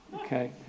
Okay